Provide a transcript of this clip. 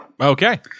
Okay